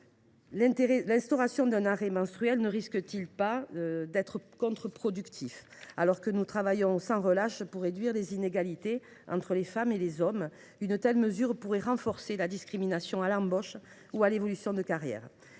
l’instauration d’un arrêt menstruel ne risque t elle pas d’être contre productive ? Alors que nous travaillons sans relâche pour réduire les inégalités entre les femmes et les hommes, une telle mesure pourrait renforcer la discrimination à l’embauche ou accentuer les